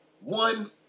One